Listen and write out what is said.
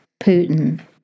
Putin